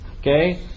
okay